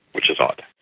which is odd.